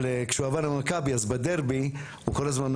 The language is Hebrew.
אבל כשהוא עבר למכבי,